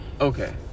Okay